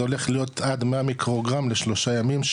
זה הולך להיות עד 100 מיקרוגרם לשלושה ימים,